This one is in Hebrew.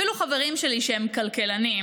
אפילו חברים שלי שהם כלכלנים,